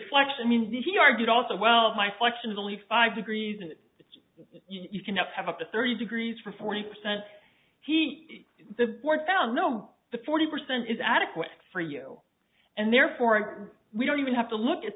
flexion means that he argued also well my question is only five degrees and you can have up to thirty degrees for forty percent he the court found no the forty percent is adequate for you and therefore we don't even have to look at